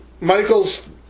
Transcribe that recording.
Michael's